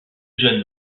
jeune